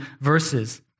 verses